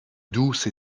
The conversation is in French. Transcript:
douce